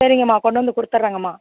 சரிங்கம்மா கொண்டு வந்து கொடுத்துறங்கம்மா